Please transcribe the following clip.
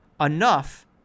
enough